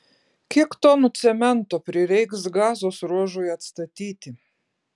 kiek tonų cemento prireiks gazos ruožui atstatyti